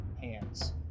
hands